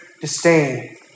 disdain